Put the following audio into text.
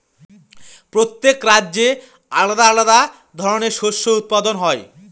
প্রত্যেক রাজ্যে আলাদা আলাদা ধরনের শস্য উৎপাদন হয়